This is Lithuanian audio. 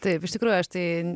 taip iš tikrųjų aš tai